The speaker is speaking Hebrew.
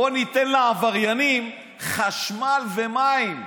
בואו ניתן לעבריינים חשמל ומים.